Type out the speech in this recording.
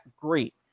great